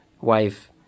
wife